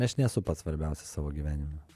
aš nesu pats svarbiausias savo gyvenime